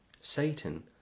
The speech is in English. Satan